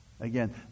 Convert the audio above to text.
Again